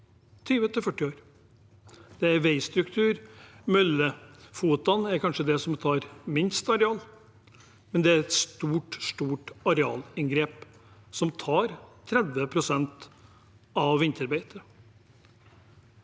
20–40 år. Det er veistrukturer der. Mølleføttene er kanskje det som tar minst areal, men det er uansett et stort arealinngrep som tar 30 pst. av vinterbeitet.